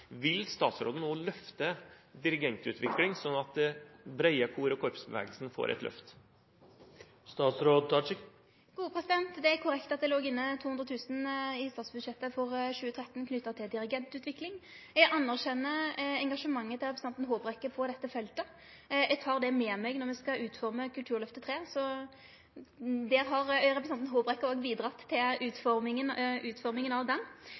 Vil statsråden nå løfte dirigentutvikling slik at den brede kor- og korpsbevegelsen får et løft? Det er korrekt at det låg inne 200 000 kr i statsbudsjettet for 2013 knytt til dirigentutvikling. Eg anerkjenner engasjementet til representanten Håbrekke på dette feltet og tek det med meg når me skal utforme Kulturløftet 3, så der har representanten Håbrekke òg bidrege til utforminga av